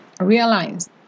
realize